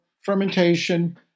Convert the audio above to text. fermentation